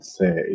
say